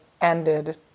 ended